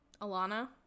Alana